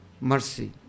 mercy